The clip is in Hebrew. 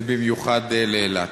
ובמיוחד לאילת.